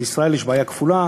לישראל יש בעיה כפולה